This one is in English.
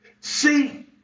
See